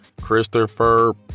Christopher